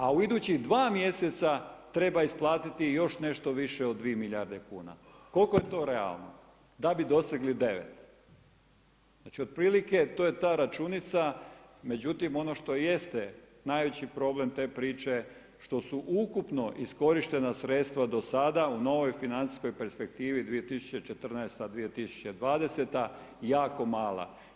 A u idućih 2 mjeseca treba isplatiti još nešto više od 2 milijardi kuna, koliko je to realno, da bi dosegli 9. Znači otprilike to je ta računica, međutim, ono što jeste najveći problem te priče, što stu ukupno iskorištene sredstva do sada, u novoj financijskoj perspektivi 2014.-2020., jako mala.